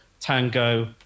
Tango